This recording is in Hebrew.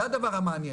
זה הדבר המעניין,